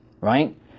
right